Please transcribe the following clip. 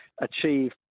achieve